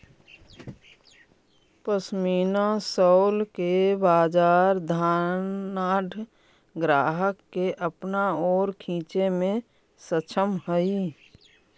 pashmina shawl के बाजार धनाढ्य ग्राहक के अपना ओर खींचे में सक्षम हई